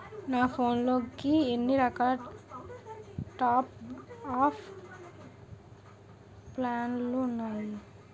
నా ఫోన్ కి ఎన్ని రకాల టాప్ అప్ ప్లాన్లు ఉన్నాయి?